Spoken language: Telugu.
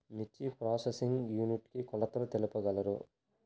మిర్చి ప్రోసెసింగ్ యూనిట్ కి కొలతలు తెలుపగలరు?